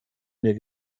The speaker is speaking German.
mehr